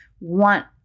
want